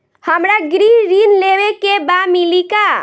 हमरा गृह ऋण लेवे के बा मिली का?